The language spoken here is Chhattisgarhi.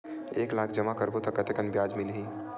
एक लाख जमा करबो त कतेकन ब्याज मिलही?